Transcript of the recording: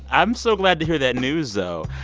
i'm so glad to hear that news, though.